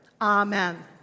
Amen